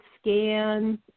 scan